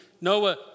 Noah